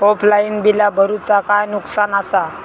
Offline बिला भरूचा काय नुकसान आसा?